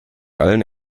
allen